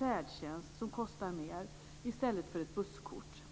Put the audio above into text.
färdtjänst, som kostar mer än ett busskort.